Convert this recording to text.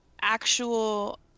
actual